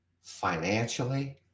financially